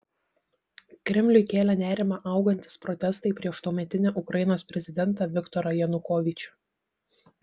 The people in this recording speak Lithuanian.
kremliui kėlė nerimą augantys protestai prieš tuometinį ukrainos prezidentą viktorą janukovyčių